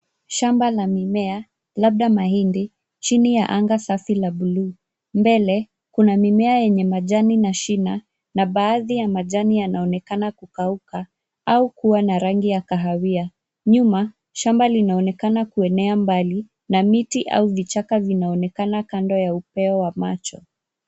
Shamba la mimea labda mahindi chini ya anga safi labuuu. Mbele kuna mimea yenye majani na shima na baadhi ya majani yanaonekana kukauka au kuwa na rangi ya kahawia. Nyuma, shamba linaonekana kuenea mbali na miti a vichaka vinaonekana kando ya upeo wa macho.